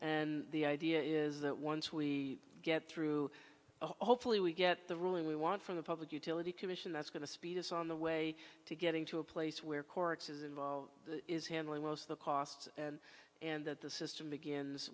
and the idea is that once we get through hopefully we get the ruling we want from the public utility commission that's going to speed us on the way to getting to a place where courts is involved is handling most of the costs and and that the system begins